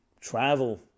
travel